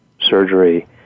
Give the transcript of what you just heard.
surgery